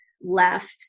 left